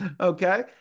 Okay